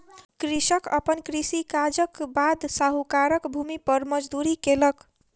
कृषक अपन कृषि काजक बाद साहूकारक भूमि पर मजदूरी केलक